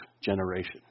generation